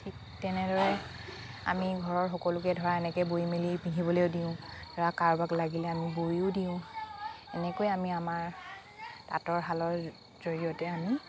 ঠিক তেনেদৰে আমি ঘৰৰ সকলোকে ধৰা এনেকে বৈ মেলি পিন্ধিবলৈও দিওঁ ধৰা কাৰোবাক লাগিলে আমি বৈয়ো দিওঁ এনেকৈ আমি আমাৰ তাঁতৰ শালৰ জৰিয়তে আমি